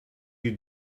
you